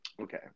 Okay